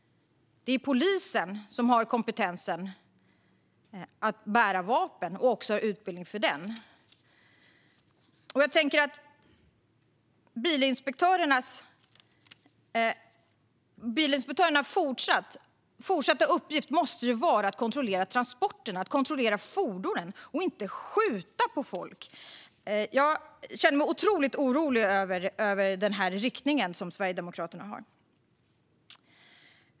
Det är polisen som har kompetens och utbildning för att bära vapen. Bilinspektörernas fortsatta uppgift måste vara att kontrollera transporterna och fordonen, inte att skjuta på folk! Jag känner mig otroligt orolig över Sverigedemokraternas riktning.